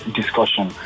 discussion